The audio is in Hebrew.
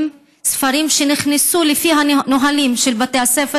ספרים שנכנסו לפי הנהלים של בתי הסוהר,